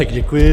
Děkuji.